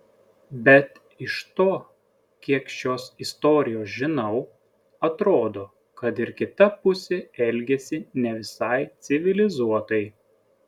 bet iš to kiek šios istorijos žinau atrodo kad ir kita pusė elgėsi ne visai civilizuotai